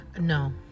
No